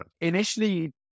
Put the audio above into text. Initially